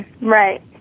Right